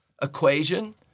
Equation